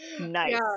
Nice